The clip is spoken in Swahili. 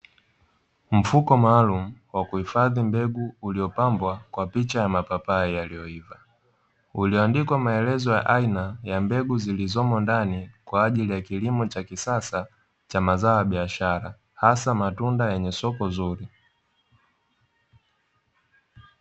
Mfuko maalumu wa kuhifadhi mbegu uliopambwa kwa picha ya mapapai yaliyoiva, ulioandikwa maelezo ya aina za mbegu zilizomo ndani kwa ajili ya kilimo cha kisasa cha mazao ya biashara hasa matunda yenye soko zuri.